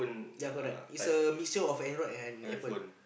yea correct is a mixture of Android and apple